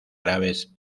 graves